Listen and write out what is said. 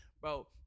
bro